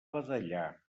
badallar